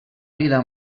vida